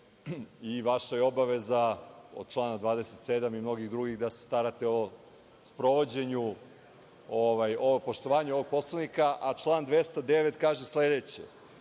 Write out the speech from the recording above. i vaša je obaveza po članu 27, i mnogih drugih, da se starate o sprovođenju, o poštovanju ovog Poslovnika. Član 209. kaže sledeće